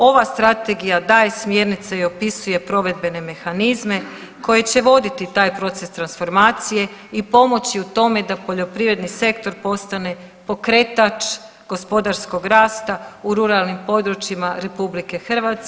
Ova strategija daje smjernice i opisuje provedbene mehanizme koje će voditi taj proces transformacije i pomoći u tome da poljoprivredni sektor postane pokretač gospodarskog rasta u ruralnim područjima RH.